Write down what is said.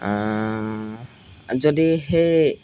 যদি সেই